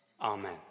amen